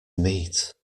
meat